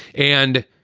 and,